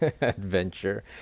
adventure